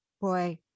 Boy